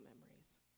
memories